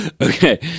Okay